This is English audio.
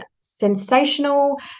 sensational